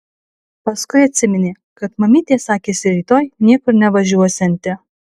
paskui atsiminė kad mamytė sakėsi rytoj niekur nevažiuosianti